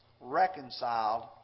reconciled